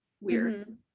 weird